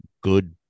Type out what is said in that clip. good